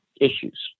issues